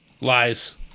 Lies